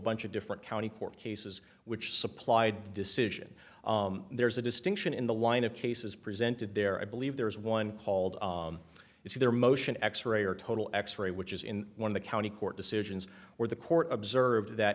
bunch of different county court cases which supplied the decision there's a distinction in the line of cases presented there i believe there is one called it's either motion x ray or total x ray which is in one of the county court decisions or the court observed that